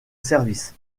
services